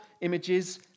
images